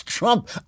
Trump